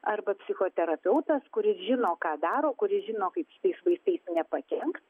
arba psichoterapeutas kuris žino ką daro kuris žino kaip šitais vaistais nepakenkt